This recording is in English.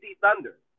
Thunder